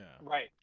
right